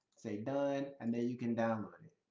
say done, and then you can download it.